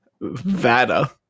Vada